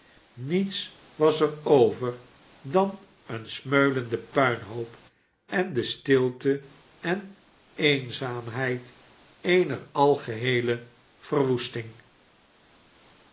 niets was er over dan eensmeulende puinhoop en de stilte en eenzaamheid eener algeheele verwoesting